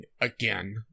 again